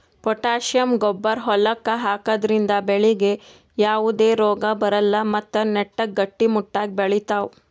potassium ಗೊಬ್ಬರ್ ಹೊಲಕ್ಕ್ ಹಾಕದ್ರಿಂದ ಬೆಳಿಗ್ ಯಾವದೇ ರೋಗಾ ಬರಲ್ಲ್ ಮತ್ತ್ ನೆಟ್ಟಗ್ ಗಟ್ಟಿಮುಟ್ಟಾಗ್ ಬೆಳಿತಾವ್